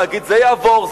להגיד: זה יעבור,